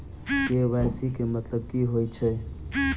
KYC केँ मतलब की होइ छै?